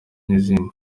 n’izindi